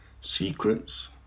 Secrets